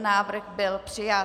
Návrh byl přijat.